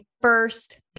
first